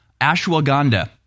Ashwagandha